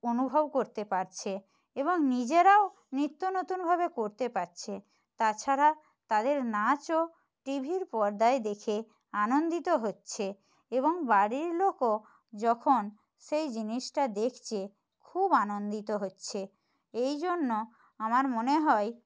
অনুভব করতে পারছে এবং নিজেরাও নিত্য নতুনভাবে করতে পাচ্ছে তাছাড়া তাদের নাচও টিভির পর্দায় দেখে আনন্দিত হচ্ছে এবং বাড়ির লোকও যখন সেই জিনিসটা দেখছে খুব আনন্দিত হচ্ছে এই জন্য আমার মনে হয়